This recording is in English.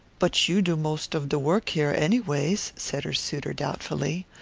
but you do most of de work here, anyways, said her suitor doubtfully.